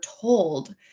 told